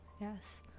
yes